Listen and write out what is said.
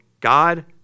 God